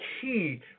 key